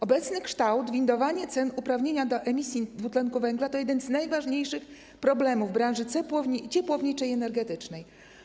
Obecny kształt, windowanie cen uprawnienia do emisji dwutlenku węgla to jeden z najważniejszych problemów branży ciepłowniczej i energetycznej.